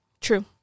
True